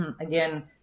again